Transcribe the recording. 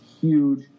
huge